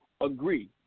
agree